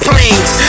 Planes